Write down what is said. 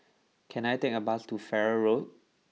can I take a bus to Farrer Road